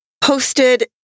posted